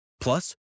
Plus